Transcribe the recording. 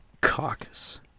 Caucus